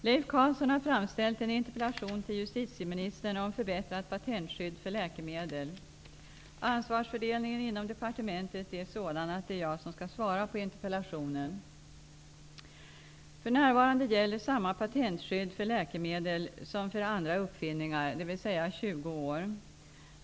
Leif Carlson har framställt en interpellation till justitieministern om förbättrat patentskydd för läkemedel. Ansvarsfördelningen inom departementet är sådan att det är jag som skall svara på interpellationen. För närvarande gäller samma patentskydd för läkemedel som för andra uppfinningar, dvs. 20 år.